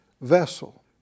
vessel